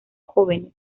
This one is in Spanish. jóvenes